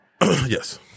yes